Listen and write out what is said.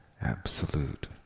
absolute